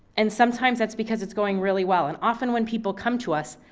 and sometimes that's because it's going really well. and often when people come to us,